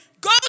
go